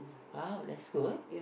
oh that's good